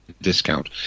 discount